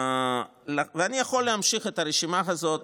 אני יכול להמשיך את הרשימה הזאת,